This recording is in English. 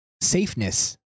safeness